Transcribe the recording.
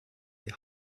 die